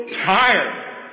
tired